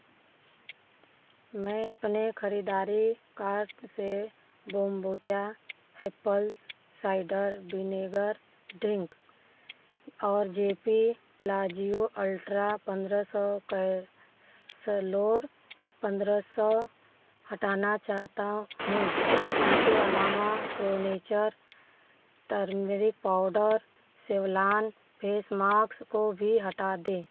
मैं अपने खरीदारी कार्ड से kombucha apples cider vinegar drink और जेपी प्लाजियो अल्ट्रा पंद्रह सौ कै सलोर पंद्रह सौ हटाना चाहता हूँ इनके अलावा pro nature turmeric powder Savlon face माक्स को भी हटा दें